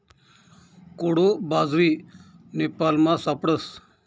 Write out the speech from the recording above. कोडो बाजरी नेपालमा सापडस